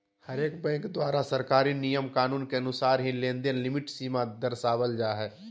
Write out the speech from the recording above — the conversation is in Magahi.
हरेक बैंक द्वारा सरकारी नियम कानून के अनुसार ही लेनदेन लिमिट सीमा दरसावल जा हय